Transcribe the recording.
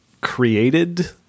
created